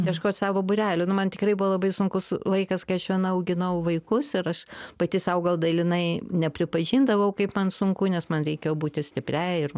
ieškot savo būrelio nu man tikrai buvo labai sunkus laikas kai aš viena auginau vaikus ir aš pati sau gal dalinai nepripažindavau kaip man sunku nes man reikėjo būti stipriai ir